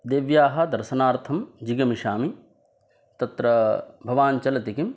देव्याः दर्शनार्थं जिगमिषामि तत्र भवान् चलति किं